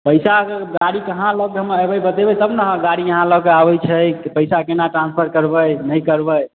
पैसा अगर गाड़ीके कहाँ लऽ के हम अयबै बतेबै तब ने गाड़ी यहाँ लऽ के आबैत छै पैसा केना ट्रांसफर करबै नहि करबै